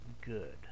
good